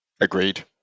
Agreed